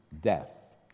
death